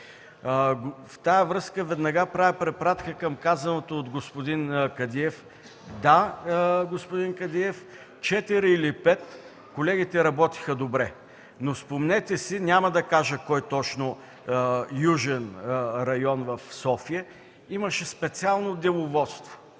В тази връзка веднага правя препратка към казаното от господин Кадиев – да, господин Кадиев, четирима или петима, колегите работиха добре, но спомнете си – няма да кажа кой точно южен район в София, имаше специално деловодство.